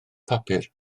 papur